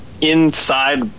inside